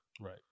Right